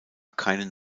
keinen